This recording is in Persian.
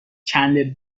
چندلر